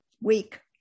week